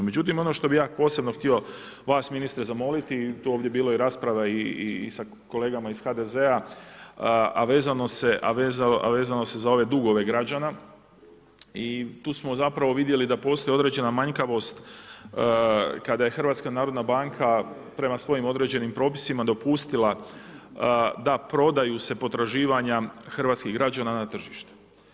Međutim ono što bih ja posebno htio vas ministre zamoliti, ovdje je bila i rasprava sa kolegama iz HDZ-a, a vezalo se za ove dugove građana i tu smo zapravo vidjeli da postoji određena manjkavost kad je HNB prema svojim određenim propisima dopustila da prodaju se potraživanja hrvatskih građana na tržištu.